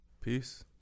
Peace